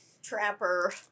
Trapper